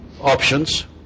options